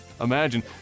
imagine